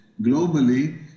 globally